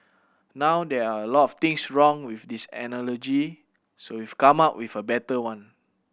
now there are a lot of things wrong with this analogy so we've come up with a better one